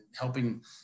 helping